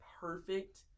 perfect